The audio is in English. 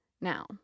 Now